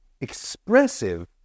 expressive